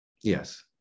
Yes